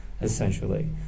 essentially